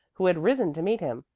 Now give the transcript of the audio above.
who had risen to meet him.